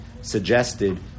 suggested